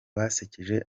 basekeje